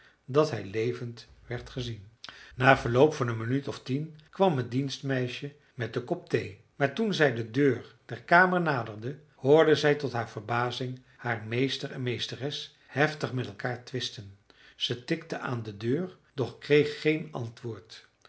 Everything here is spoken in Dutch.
dat hij levend werd gezien na verloop van een minuut of tien kwam het dienstmeisje met den kop thee maar toen zij de deur der kamer naderde hoorde zij tot haar verbazing haar meester en meesteres heftig met elkaar twisten zij tikte aan de deur doch kreeg geen antwoord